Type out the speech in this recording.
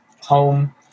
home